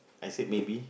I said maybe